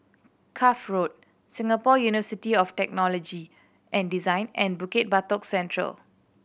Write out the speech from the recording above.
Cuff Road Singapore University of Technology and Design and Bukit Batok Central